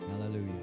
Hallelujah